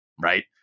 right